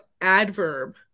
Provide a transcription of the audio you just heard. adverb